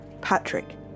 Patrick